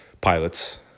pilots